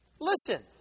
Listen